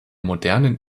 modernen